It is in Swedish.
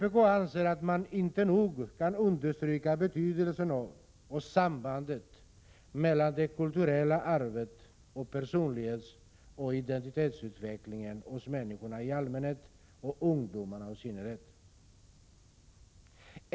Vpk anser att man inte nog kan understryka betydelsen av sambandet mellan det kulturella arvet och personlighetsoch identitetsutvecklingen hos människorna i allmänhet och ungdomarna i synnerhet.